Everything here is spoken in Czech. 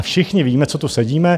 Všichni víme, co tu sedíme...